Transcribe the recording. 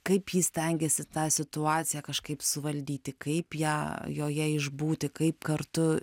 kaip ji stengėsi tą situaciją kažkaip suvaldyti kaip ją joje išbūti kaip kartu